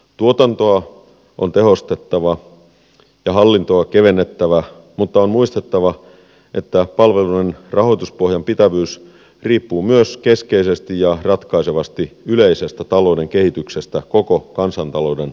tuotantoa on tehostettava ja hallintoa kevennettävä mutta on muistettava että palveluiden rahoituspohjan pitävyys riippuu myös keskeisesti ja ratkaisevasti yleisestä talouden kehityksestä koko kansantalouden laajuudessa